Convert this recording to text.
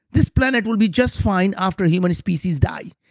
this planet will be just fine after human species die,